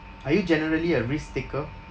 are you generally a risk taker